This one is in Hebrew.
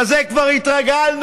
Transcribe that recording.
לזה כבר התרגלנו,